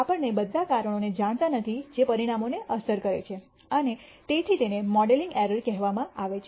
આપણને બધા કારણોને જાણતા નથી જે પરિણામોને અસર કરે છે અને તેથી તેને મોડેલિંગ એરર કહેવામાં આવે છે